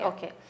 Okay